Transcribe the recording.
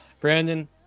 Brandon